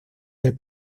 del